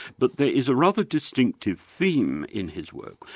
but there is a rather distinctive theme in his work,